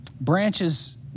Branches